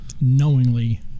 knowingly